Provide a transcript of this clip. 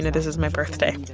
this is my birthday.